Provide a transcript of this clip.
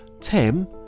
Tim